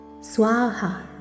Swaha